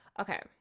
okay